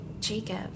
Jacob